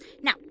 Now